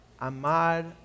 amar